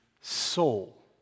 soul